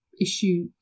issue